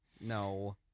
No